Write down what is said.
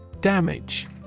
Damage